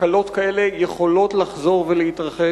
תקלות כאלה יכולות לחזור ולהתרחש,